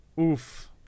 Oof